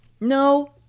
No